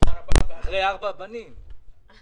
אחרי ארבעה בנים.